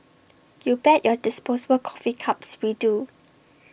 you bet your disposable coffee cups we do